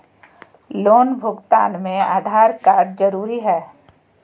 Loan भुगतान में Aadhaar card जरूरी है?